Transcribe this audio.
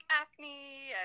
acne